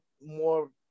more